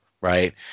right